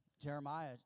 Jeremiah